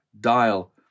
dial